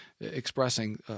expressing